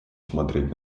смотреть